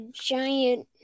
giant